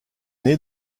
née